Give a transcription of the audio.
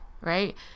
right